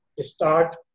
start